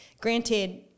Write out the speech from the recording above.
Granted